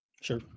Sure